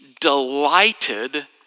delighted